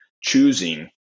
choosing